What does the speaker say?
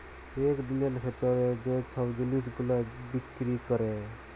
ইক দিলের ভিতরে যে ছব জিলিস গুলা বিক্কিরি ক্যরে